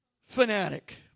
fanatic